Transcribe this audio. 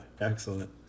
excellent